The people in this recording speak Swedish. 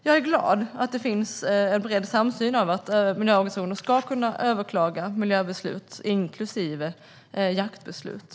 Jag är glad att det finns bred samsyn i fråga om att miljöorganisationer ska kunna överklaga miljöbeslut, inklusive jaktbeslut.